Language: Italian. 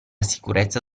sicurezza